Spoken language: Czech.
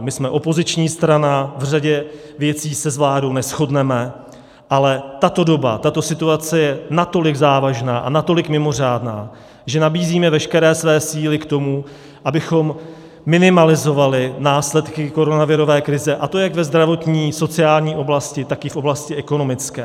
My jsme opoziční strana, v řadě věcí se s vládou neshodneme, ale tato doba, tato situace, je natolik závažná a natolik mimořádná, že nabízíme veškeré své síly k tomu, abychom minimalizovali následky koronavirové krize, a to jak ve zdravotní, sociální, oblasti, tak i v oblasti ekonomické.